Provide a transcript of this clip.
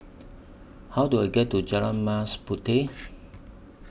How Do I get to Jalan Mas Puteh